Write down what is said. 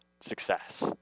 success